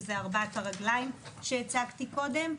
שזה ארבע הרגליים שהצגתי קודם.